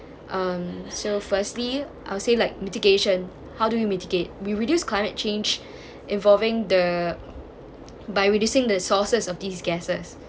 mmhmm so firstly I would say like mitigation how do we mitigate we reduce climate change involving the by reducing the sources of these gases